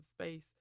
space